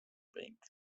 bank